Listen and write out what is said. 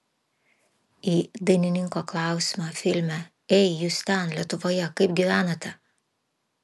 į dainininko klausimą filme ei jūs ten lietuvoje kaip gyvenate